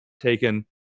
taken